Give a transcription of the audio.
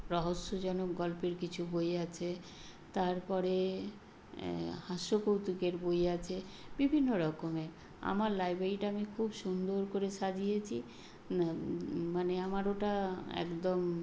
রহস্যজনক গল্পের কিছু বই আছে তার পরে হাস্যকৌতুকের বই আছে বিভিন্ন রকমের আমার লাইব্রেরিটা আমি খুব সুন্দর করে সাজিয়েছি মানে আমার ওটা একদম